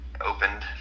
opened